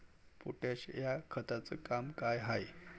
Potash या खताचं काम का हाय?